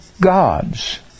gods